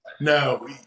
No